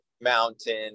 mountain